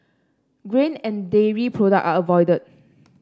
grain and dairy product are avoided